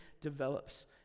develops